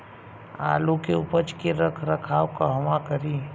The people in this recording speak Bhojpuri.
आलू के उपज के रख रखाव कहवा करी?